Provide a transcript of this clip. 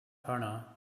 turner